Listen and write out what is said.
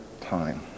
time